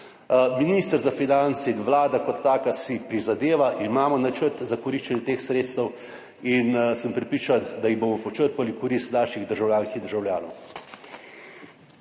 Minister za finance in Vlada kot taka si prizadevata, imamo načrt za koriščenje teh sredstev in sem prepričan, da jih bomo počrpali v korist naših državljank in državljanov.